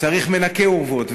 צריך מנקי אורוות,